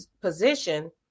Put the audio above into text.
position